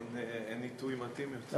אין עיתוי מתאים יותר.